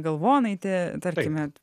galvonaitė tarkime